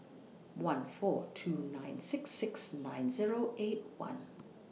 one four two nine six six nine Zero eight one